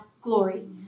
glory